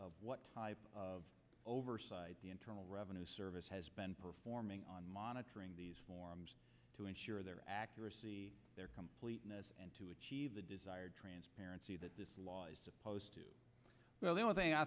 of what type of oversight the internal revenue service has been performing on monitoring these forms to ensure their accuracy their completeness and to achieve the desired transparency that this law is supposed to well